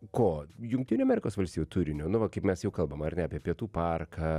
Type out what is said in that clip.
ko jungtinių amerikos valstijų turiniu nu va kaip mes jau kalbam ar ne apie pietų parką